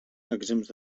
exempts